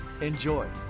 Enjoy